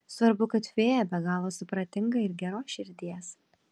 svarbu kad fėja be galo supratinga ir geros širdies